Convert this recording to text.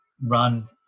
run